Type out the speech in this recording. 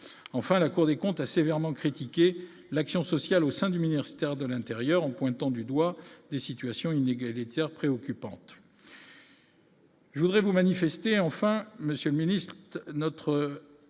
enfin, la Cour des comptes a sévèrement critiqué l'action sociale au sein du ministère de l'Intérieur en pointant du doigt des situations inégalitaires préoccupante. Je voudrais vous manifestez enfin Monsieur le Ministre, notre